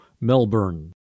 Melbourne